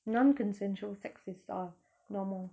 non-consensual sex is uh normal